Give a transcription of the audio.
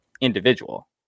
individual